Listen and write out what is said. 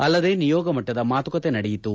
ಅಲ್ಲದೆ ನಿಯೋಗ ಮಟ್ಟದ ಮಾತುಕತೆ ನಡೆಯಿತು